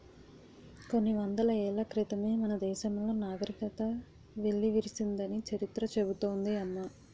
కొన్ని వందల ఏళ్ల క్రితమే మన దేశంలో నాగరికత వెల్లివిరిసిందని చరిత్ర చెబుతోంది అమ్మ